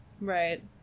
right